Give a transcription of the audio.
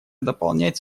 дополнять